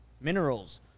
minerals